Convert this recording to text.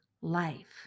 life